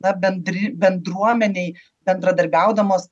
na bendri bendruomenei bendradarbiaudamos